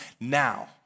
Now